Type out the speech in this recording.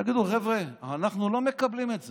תגידו: חבר'ה, אנחנו לא מקבלים את זה,